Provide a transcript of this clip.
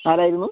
ആരായിരുന്നു